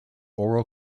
oral